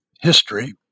history